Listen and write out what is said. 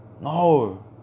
No